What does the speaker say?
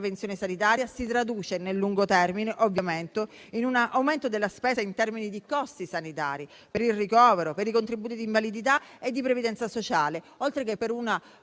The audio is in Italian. prevenzione sanitaria si traduce, nel lungo termine, in un aumento della spesa in termini di costi sanitari per il ricovero, per i contributi di invalidità e di previdenza sociale, oltre che per una